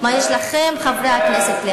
מה יש לכם, חברי הכנסת,